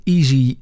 Easy